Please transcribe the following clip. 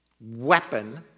weapon